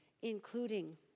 including